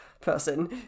person